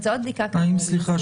-- סליחה.